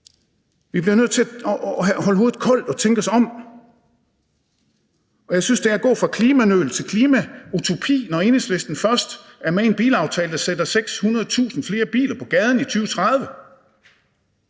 Vi bliver nødt til at holde hovedet koldt og tænke os om. Jeg synes, at det er at gå fra klimanøl til klimautopi, når Enhedslisten først er med i en bilaftale, der sætter 600.000 flere biler på gaden i 2030,